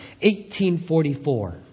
1844